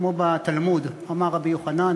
כמו בתלמוד: אמר רבי יוחנן,